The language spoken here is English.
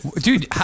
Dude